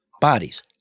bodies